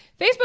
Facebook